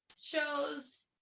shows